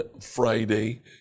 Friday